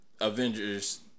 Avengers